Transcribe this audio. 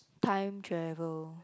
time travel